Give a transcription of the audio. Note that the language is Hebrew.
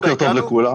בוקר טוב לכולם.